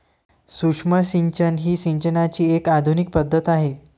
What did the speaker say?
सूक्ष्म सिंचन ही सिंचनाची एक आधुनिक पद्धत आहे